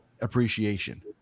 appreciation